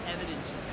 evidence